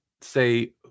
say